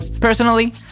Personally